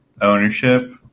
ownership